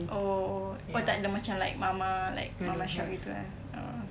oh oh takde macam mama mama shop gitu eh oh